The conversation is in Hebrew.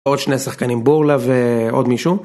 עוד שני שחקנים, בורלה ועוד מישהו